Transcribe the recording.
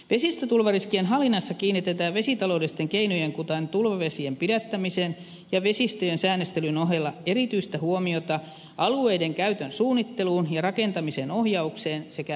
vesistötulevariskien hallinnassa kiinnitetään vesitaloudellisten keinojen kuten tulvavesien pidättämisen ja vesistöjen säännöstelyn ohella erityistä huomiota alueiden käytön suunnitteluun ja rakentamisen ohjaukseen sekä pelastustoimintaan